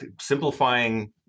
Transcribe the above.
simplifying